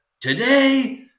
today